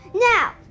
Now